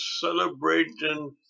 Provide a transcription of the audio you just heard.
celebrating